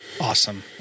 Awesome